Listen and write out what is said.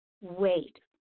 wait